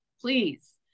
please